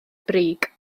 brig